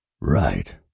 Right